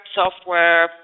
software